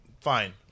fine